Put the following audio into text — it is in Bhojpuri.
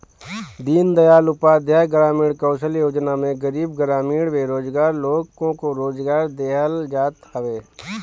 दीनदयाल उपाध्याय ग्रामीण कौशल्य योजना में गरीब ग्रामीण बेरोजगार लोग को रोजगार देहल जात हवे